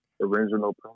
original